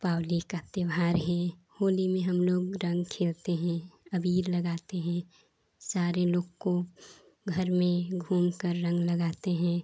दीपावली का त्योहार है होली में हमलोग रंग खेलते हैं अबीर लगाते हैं सारे लोग को घर में घूमकर रंग लगाते हैं